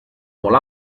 molt